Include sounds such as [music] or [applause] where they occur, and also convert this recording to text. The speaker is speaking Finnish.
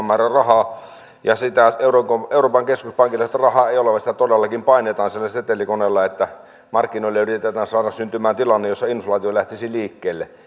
[unintelligible] määrä rahaa ja euroopan keskuspankilla sitä rahaa ei ole vaan sitä todellakin painetaan sillä setelikoneella että markkinoille yritetään saada syntymään tilanne jossa inflaatio lähtisi liikkeelle [unintelligible]